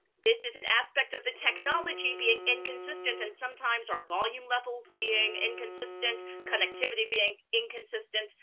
this is an aspect of the technology being inconsistent and sometimes our volume levels being inconsistent, connectivity being inconsistent,